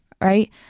right